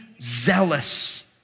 zealous